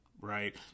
right